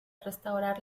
restaurar